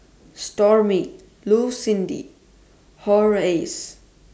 Stormy Lucindy Horace